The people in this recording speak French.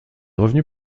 revenus